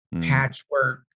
patchwork